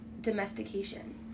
domestication